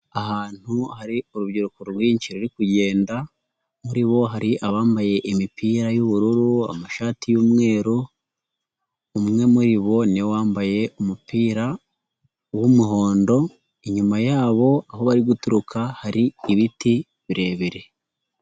Ahantu hari urubyiruko rwinshi ruri kugenda, muri bo hari abambaye imipira y'ubururu, amashati y'umweru, umwe muri bo niwe wambaye umupira w'umuhondo, inyuma yabo aho bari guturuka hari ibiti birebire.